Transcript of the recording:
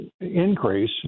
Increase